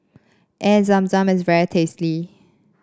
Air Zam Zam is very tasty